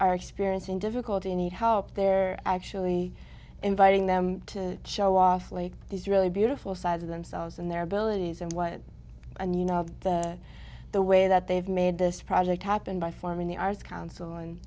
are experiencing difficulty and help they're actually inviting them to show off like these really beautiful sides of themselves and their abilities and what and you know the the way that they've made this project happen by forming the arts coun